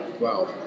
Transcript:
wow